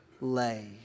lay